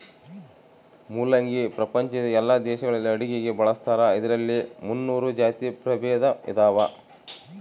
ಮುಲ್ಲಂಗಿ ಪ್ರಪಂಚದ ಎಲ್ಲಾ ದೇಶಗಳಲ್ಲಿ ಅಡುಗೆಗೆ ಬಳಸ್ತಾರ ಇದರಲ್ಲಿ ಮುನ್ನೂರು ಜಾತಿ ಪ್ರಭೇದ ಇದಾವ